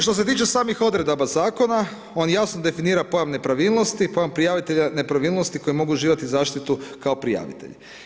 Što se tiče samih odredaba zakona, on jasno definira pojam nepravilnosti, pojam prijavitelja nepravilnosti, koji mogu uživati u zaštitu kao prijavitelj.